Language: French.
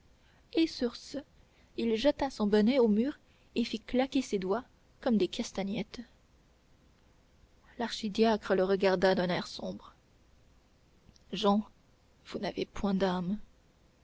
et sur ce il jeta son bonnet au mur et fit claquer ses doigts comme des castagnettes l'archidiacre le regarda d'un air sombre jehan vous n'avez point d'âme